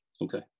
okay